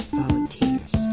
volunteers